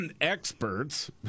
experts